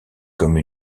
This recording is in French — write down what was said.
comme